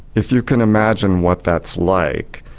if you can imagine what that's like,